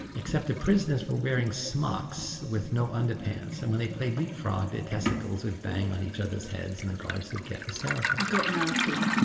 except the prisoners were wearing smocks with no underpants and when they played leapfrog their testicles would bang on each others heads and the guards would get hysterical. got nasty.